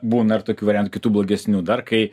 būna ir tokių variantų kitų blogesnių dar kai